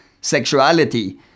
sexuality